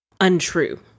untrue